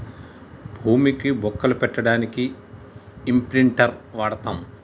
భూమికి బొక్కలు పెట్టడానికి ఇంప్రింటర్ వాడతం